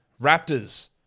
Raptors